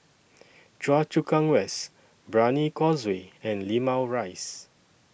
Choa Chu Kang West Brani Causeway and Limau Rise